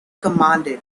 commanded